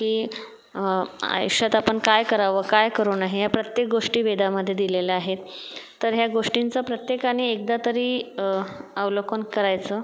की आयुष्यात आपण काय करावं काय करू नये हे प्रत्येक गोष्टी वेदामध्ये दिलेल्या आहेत तर ह्या गोष्टींचा प्रत्येकाने एकदा तरी अवलोकन करायचं